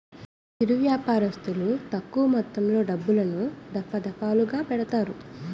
చిరు వ్యాపారస్తులు తక్కువ మొత్తంలో డబ్బులను, దఫాదఫాలుగా పెడతారు